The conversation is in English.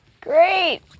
Great